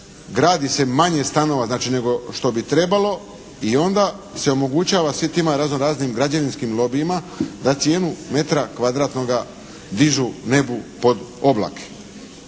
Gradi se manje stanova znači nego što bi trebalo i onda se omogućava svim tima razno raznim građevinskim lobijima da cijenu metra kvadratnoga dižu nebu pod oblake.